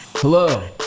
Hello